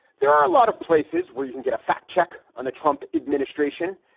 there are a lot of places where you can get a fact check on the trump administration.